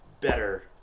better